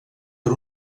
per